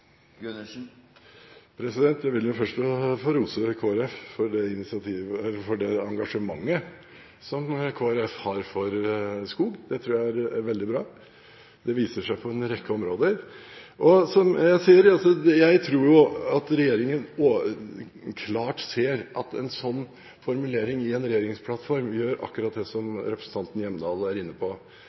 Gundersen, representanten Hjemdal og representanten Storberget og andre representanter kan få lov til å stemme for en endring av gevinstbeskatningen på skogeiendom. Jeg vil først få rose Kristelig Folkeparti for det engasjementet de har for skog. Det tror jeg er veldig bra, og det viser seg på en rekke områder. Jeg tror at regjeringen klart ser at en sånn formulering i en regjeringsplattform gjør akkurat det som representanten Hjemdal er inne på